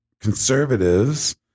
conservatives